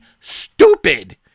stupid